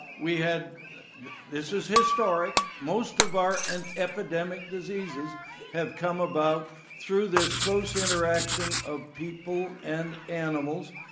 we had this is historic. most of our and epidemic d iseases have come about through this close interaction of people and animals,